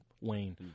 Wayne